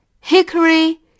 Hickory